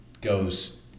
goes